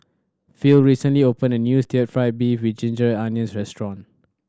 Phil recently opened a new still fried beef with ginger onions restaurant